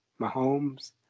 Mahomes